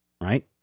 right